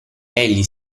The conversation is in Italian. egli